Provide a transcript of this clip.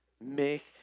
Make